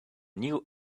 new